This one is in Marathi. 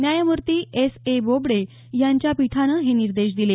न्यायमूर्ती एस ए बोबडे यांच्या पीठानं हे निर्देश दिले